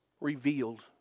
revealed